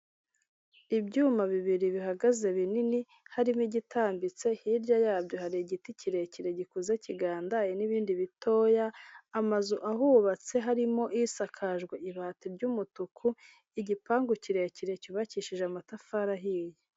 ibyuma bibiri bihagaze binini harimo igitambitse hirya yabyo hari igiti kirekire gikoze kigandaye n'ibindi bitoya, amazu ahubatse harimo isakajwe ibati ry'umutuku igipangu kirekire cyubakishije amatafari ahiye.